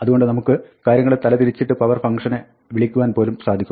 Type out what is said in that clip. അതുകൊണ്ട് നമുക്ക് കാര്യങ്ങളെ തലതിരിച്ചിരിച്ചിട്ട് power ഫങ്ക്ഷനെ വിളിക്കുവാൻ പോലും സാധിക്കും